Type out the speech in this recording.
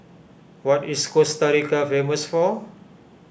what is Costa Rica famous for